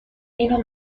اینو